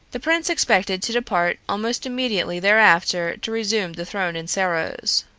the prince expected to depart almost immediately thereafter to resume the throne in serros.